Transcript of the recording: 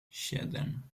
siedem